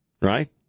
right